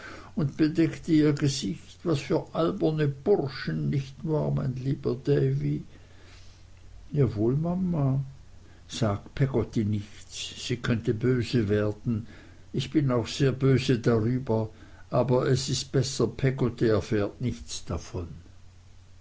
und bedeckte ihr gesicht was für alberne burschen nicht wahr mein lieber davy jawohl mama sag peggotty nichts sie könnte böse drüber wer den ich bin auch sehr böse drüber aber es ist besser peggotty erfährt nichts davon